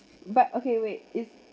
but okay wait is